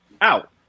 out